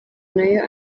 nayo